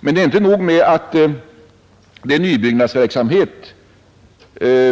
Men det är inte nog med denna nybyggnadsverksamhet